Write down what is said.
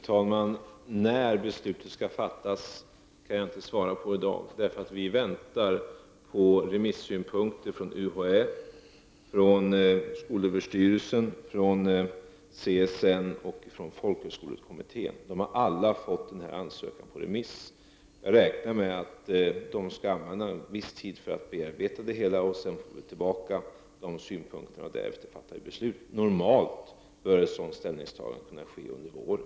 Herr talman! När beslutet skall fattas kan jag inte svara på i dag, för vi väntar på remissynpunkter från UHÄ, skolöverstyrelsen, CSN och folkhögskolekommittén. De har alla fått denna ansökan på remiss. Jag räknar med att de skall använda en viss tid för att bearbeta materialet, sedan får vi tillbaka deras synpunkter och därefter fattar vi beslut. Normalt bör ett sådant ställningstagande kunna göras under våren.